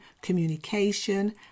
communication